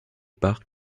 parcs